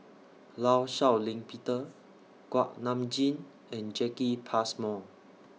law Shau Ping Peter Kuak Nam Jin and Jacki Passmore